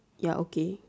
ya okay